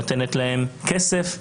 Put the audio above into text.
נותנת להם כסף,